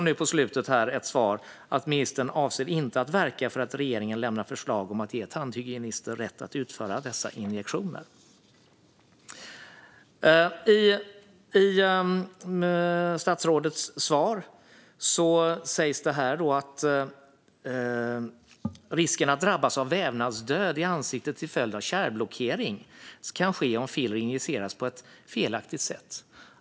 Nu på slutet fick jag svaret att ministern inte avser att verka för att regeringen ska lämna förslag om att ge tandhygienister rätt att utföra dessa injektionsbehandlingar. Statsrådet säger i sitt svar att det finns risk att drabbas av vävnadsdöd i ansiktet till följd av kärlblockering om filler injiceras på ett felaktigt sätt.